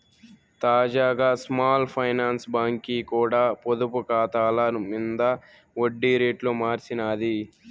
తాజాగా small finance బాంకీ కూడా పొదుపు కాతాల మింద ఒడ్డి రేట్లు మార్సినాది